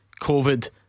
Covid